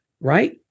right